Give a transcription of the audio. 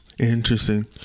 Interesting